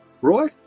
Roy